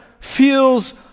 feels